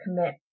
commit